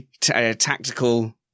tactical